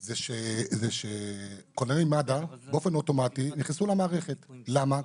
זה שכונני מד"א באופן אוטומטי נכנסו למערכת, למה?